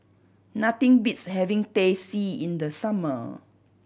nothing beats having Teh C in the summer